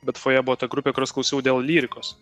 bet fojė buvo ta grupė kurios klausiau dėl lyrikos